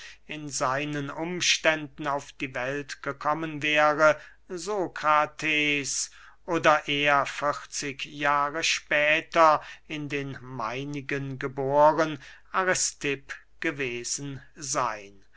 in seinen umständen auf die welt gekommen wäre sokrates oder er vierzig jahre später in den meinigen geboren aristipp gewesen seyn